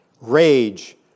Rage